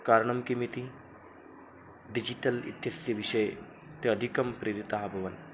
कारणं किमिति डिजिटल् इत्यस्य विषये ते अधिकं प्रेरिताः अभवन्